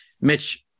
Mitch